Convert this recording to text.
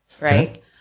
right